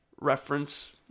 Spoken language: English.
reference